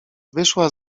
wyszła